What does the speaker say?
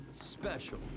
special